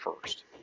first